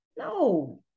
No